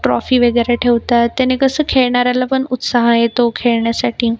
trophy वगैरे ठेवतात त्याने कसं खेळणाऱ्याला पण उत्साह येतो खेळण्यासाठी